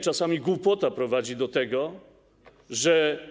Czasami głupota prowadzi do tego, że.